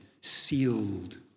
sealed